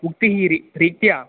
उक्तिः रि रीत्या